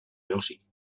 erosi